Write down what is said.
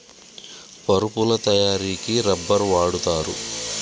పరుపుల తయారికి రబ్బర్ వాడుతారు